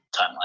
timeline